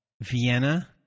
Vienna